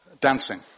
dancing